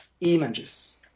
images